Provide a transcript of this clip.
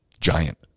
giant